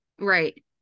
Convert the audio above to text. Right